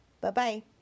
Bye-bye